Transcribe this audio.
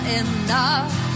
enough